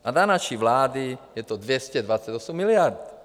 A za naší vlády je to 228 miliard.